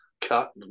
cut